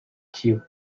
cue